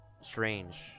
strange